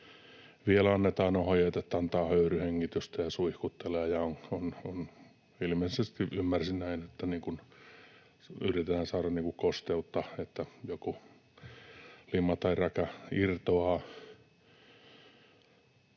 Vielä annetaan ohjeet antaa höyryhengitystä ja suihkutella, ja ilmeisesti — ymmärsin näin — yritetään saada kosteutta, että joku lima tai räkä irtoaa.